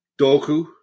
Doku